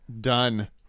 done